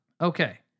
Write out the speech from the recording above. Okay